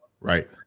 Right